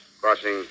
crossing